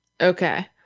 Okay